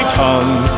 tongue